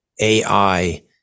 AI